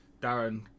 Darren